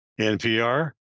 NPR